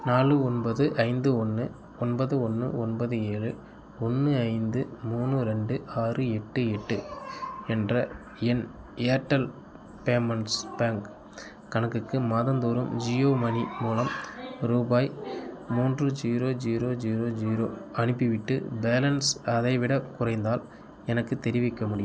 நாலு ஒன்பது ஐந்து ஒன்று ஒன்பது ஒன்று ஒன்பது ஏழு ஒன்று ஐந்து மூணு ரெண்டு ஆறு எட்டு எட்டு என்ற என் ஏர்டெல் பேமெண்ட்ஸ் பேங்க் கணக்குக்கு மாதந்தோறும் ஜியோ மணி மூலம் ரூபாய் மூன்று ஜீரோ ஜீரோ ஜீரோ ஜீரோ அனுப்பிவிட்டு பேலன்ஸ் அதைவிடக் குறைந்தால் எனக்கு தெரிவிக்க முடியுமா